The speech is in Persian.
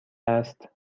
است